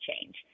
change